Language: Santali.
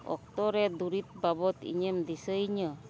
ᱚᱠᱛᱚᱨᱮ ᱫᱩᱨᱤᱵ ᱵᱟᱵᱚᱫ ᱤᱧᱮᱢ ᱫᱤᱥᱟᱹᱭᱤᱧᱟᱹ